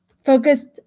focused